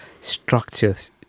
structures